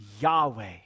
Yahweh